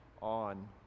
on